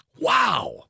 Wow